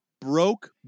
broke